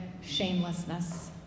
shamelessness